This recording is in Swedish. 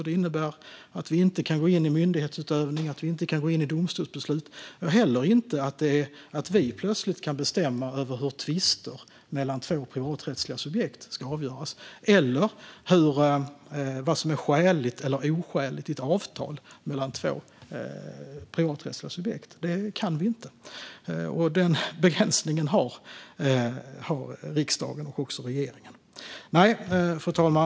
Det innebär att vi inte kan gå in i myndighetsutövning eller i domstolsbeslut. Vi kan inte heller helt plötsligt bestämma hur tvister mellan två privaträttsliga subjekt ska avgöras eller vad som är skäligt eller oskäligt i ett avtal mellan två privaträttsliga subjekt. Det kan vi inte. Den begränsningen har riksdagen och även regeringen. Fru talman!